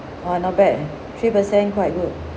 !wah! not bad eh three percent quite good